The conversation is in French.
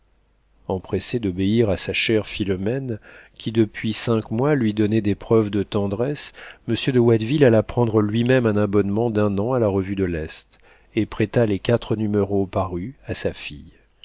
empressé d'obéir à sa chère philomène qui depuis cinq mois lui donnait des preuves de tendresse monsieur de watteville alla prendre lui-même un abonnement d'un an à la revue de l'est et prêta les quatre numéros parus à sa fille